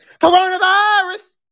Coronavirus